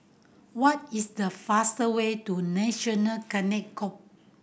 what is the fastest way to National Cadet Corp